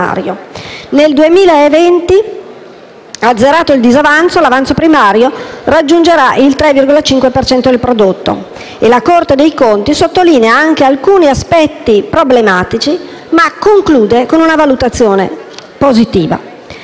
Nel 2020, azzerato il disavanzo, l'avanzo primario raggiungerà il 3,5 per cento del prodotto. La Corte dei conti sottolinea anche alcuni aspetti problematici, ma conclude con una valutazione positiva.